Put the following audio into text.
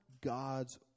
God's